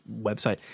website